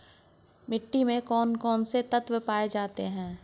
मिट्टी में कौन कौन से तत्व पाए जाते हैं?